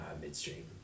midstream